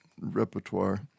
repertoire